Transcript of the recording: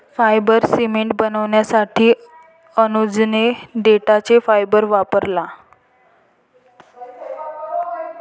fibre cement बनवण्यासाठी अनुजने देठाचा फायबर वापरला